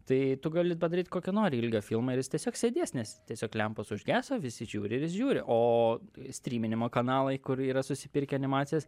tai tu gali padaryt kokio nori ilgio filmą ir jis tiesiog sėdės nes tiesiog lempos užgeso visi žiūri ir jis žiūri o stryminimo kanalai kur yra susipirkę animacijas